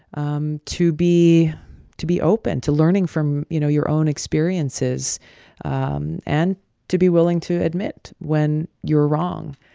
um to be to be open, to learning from, you know, your own experiences and and to be willing to admit when you're wrong.